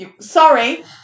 Sorry